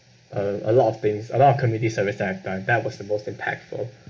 uh a lot of things a lot of community service that I've done that was the most impactful